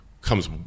comes